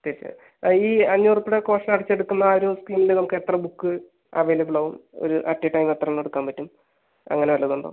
തിരിച്ച് തരും ഈ അഞ്ഞൂറ് റുപ്പിയയുടെ കോഷൻ അടച്ചെടുക്കുന്ന ആ ഒരു സ്കീമിൽ നമുക്ക് എത്ര ബുക്ക് അവൈലബിൾ ആവും ഒരു അറ്റ് എ ടൈം എത്രയെണ്ണം എടുക്കാൻ പറ്റും അങ്ങനെ വല്ലതും ഉണ്ടോ